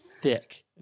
thick